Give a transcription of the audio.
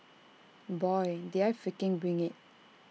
boy did I freaking bring IT